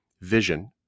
vision